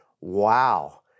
Wow